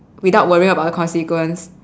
without worrying about the consequence